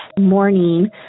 morning